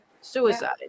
suicide